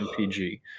mpg